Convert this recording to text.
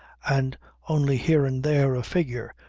and only here and there a figure,